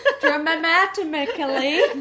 dramatically